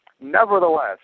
Nevertheless